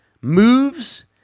moves